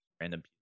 random